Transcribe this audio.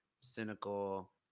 cynical